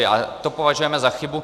A to považujeme za chybu.